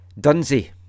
Dunsey